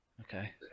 okay